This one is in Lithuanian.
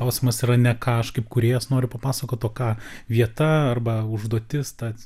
jausmas yra ne ką aš kaip kūrėjas noriu papasakot to ką vieta arba užduotis ta